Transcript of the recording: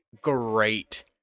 great